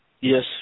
Yes